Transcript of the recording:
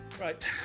right